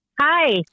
Hi